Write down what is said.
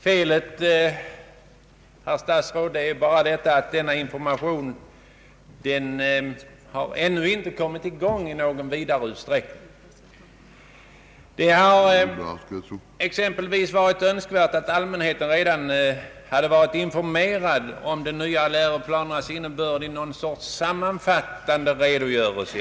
Felet, herr statsråd, är bara att denna informationsverksamhet ännu inte kommit i gång i nämnvärd utsträckning. Det hade exempelvis varit önskvärt att allmänheten nu varit informerad om de nya läroplanernas innebörd, i varje fall genom något slags sammanfattande redogörelse.